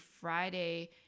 Friday